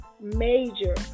major